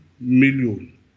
million